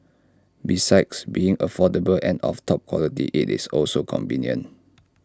besides being affordable and of top quality IT is also convenient